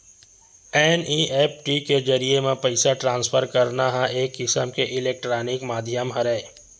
NEFT के जरिए म पइसा ट्रांसफर करना ह एक किसम के इलेक्टानिक माधियम हरय